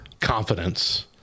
confidence